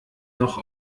noch